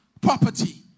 property